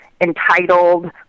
entitled